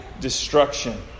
destruction